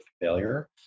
failure